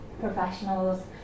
professionals